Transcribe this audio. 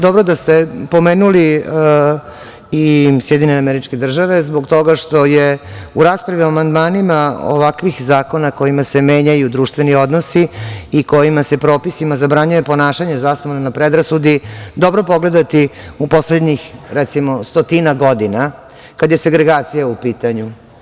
Dobro da ste pomenuli i SAD, zbog toga što je u raspravi o amandmanima ovakvih zakona kojima se menjaju društveni odnosi i kojima se propisima zabranjuje ponašanje zasnovano na predrasudi, dobro pogledati u poslednjih stotinak godina, kada je segregacija u pitanju.